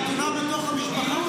חתונה בתוך המשפחה?